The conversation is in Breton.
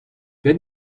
pet